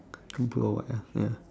I think blue or white ah ya